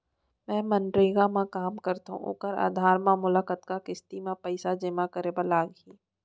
मैं मनरेगा म काम करथो, ओखर आधार म मोला कतना किस्ती म पइसा जेमा करे बर लागही?